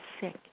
sick